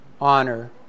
honor